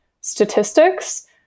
statistics